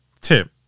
Tip